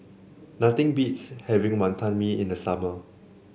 nothing beats having Wonton Mee in the summer